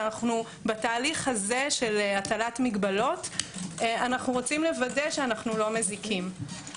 בתהליך הזה של הטלת מגבלות אנו רוצים לוודא שאיננו מזיקים.